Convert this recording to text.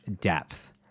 depth